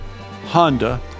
Honda